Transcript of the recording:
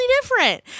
different